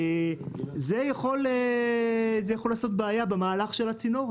זה יכול לעשות בעיה במהלך של הצינור.